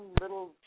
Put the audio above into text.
little